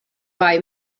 buy